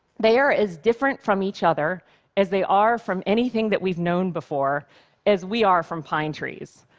they are as different from each other as they are from anything that we've known before as we are from pine trees.